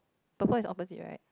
purple is opposite right